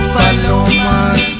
palomas